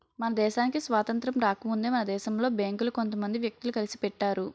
మన దేశానికి స్వాతంత్రం రాకముందే మన దేశంలో బేంకులు కొంత మంది వ్యక్తులు కలిసి పెట్టారు